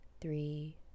three